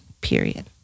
Period